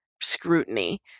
scrutiny